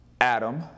Adam